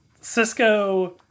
Cisco